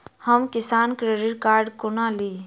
हम Kisan credit card कोना ली?